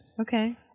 okay